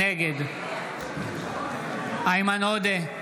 נגד איימן עודה,